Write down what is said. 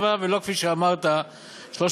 359.7 מיליארד שקל, ולא 340 כפי שאמרת.